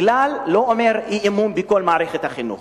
בגלל לא אומר אי-אמון בכל מערכת החינוך.